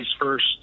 first